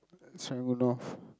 Serangoon-North